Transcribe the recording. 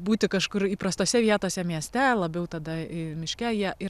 būti kažkur įprastose vietose mieste labiau tada ir miške jie ir